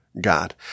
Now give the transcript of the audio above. God